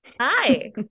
hi